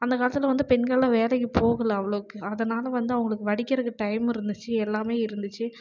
அந்த காலத்தில் வந்து பெண்கள்லாம் வேலைக்கு போகல அவ்வளோக்கு அதனால் வந்து அவங்களுக்கு வடிக்கிறதுக்கு டைம் இருந்துச்சி எல்லாம் இருந்துச்சி